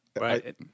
right